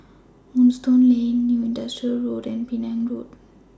Moonstone Lane New Industrial Road and Penang Road